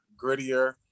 grittier